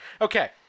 Okay